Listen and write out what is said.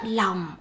lòng